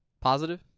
Positive